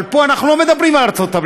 אבל פה אנחנו לא מדברים על ארצות-הברית,